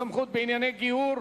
סמכות בענייני גיור),